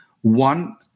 One